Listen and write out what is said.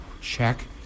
check